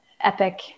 epic